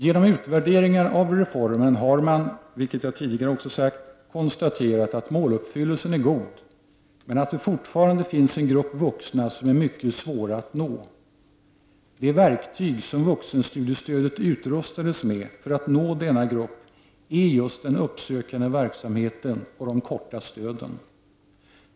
Genom utvärderingar av reformen har man -— vilket jag tidigare också sagt — konstaterat att måluppfyllelsen är god, men att det fortfarande finns en grupp vuxna som det är mycket svårt att nå. Det verktyg som vuxenstudiestödet utrustades med för att nå denna grupp är just den uppsökande verksamheten och de korta stöden.